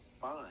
fine